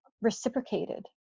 reciprocated